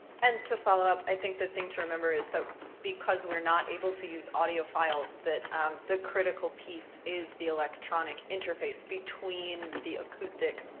and to follow up, i think the thing to remember, is that because we're not able to use audio files that um the critical piece is the electronic interface between the acoustic